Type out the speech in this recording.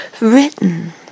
written